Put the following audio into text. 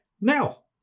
Now